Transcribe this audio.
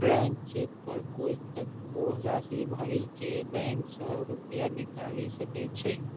blank cheque पर कोइ कतबो राशि भरि के बैंक सं रुपैया निकालि सकै छै